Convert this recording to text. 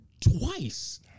twice